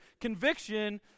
Conviction